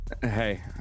hey